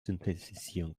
synthetisieren